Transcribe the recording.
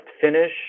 finish